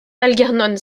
algernon